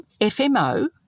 FMO